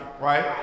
right